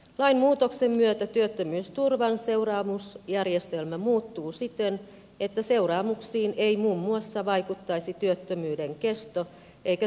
lainmuutoksen myötä työttömyysturvan seuraamusjärjestelmä muuttuu siten että seuraamuksiin ei muun muassa vaikuttaisi työttömyyden kesto eikä työttömyysturvan maksaja